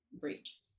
breach